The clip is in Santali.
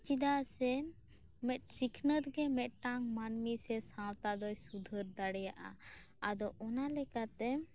ᱪᱮᱫᱟᱜ ᱥᱮ ᱢᱤᱫ ᱥᱤᱠᱷᱱᱟᱹᱛ ᱜᱮ ᱢᱤᱫᱴᱟᱝ ᱢᱟᱹᱱᱢᱤ ᱥᱮ ᱥᱟᱶᱛᱟ ᱫᱚᱭ ᱥᱩᱫᱷᱟᱹᱨ ᱫᱟᱲᱮᱭᱟᱜᱼᱟ ᱟᱫᱚ ᱚᱱᱟ ᱞᱮᱠᱟᱛᱮ